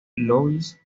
louis